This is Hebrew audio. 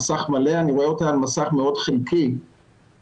אנחנו נדבר על הנושא של הטיפול בילודים ופגים בתקופת נגיף הקורונה,